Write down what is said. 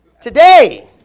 Today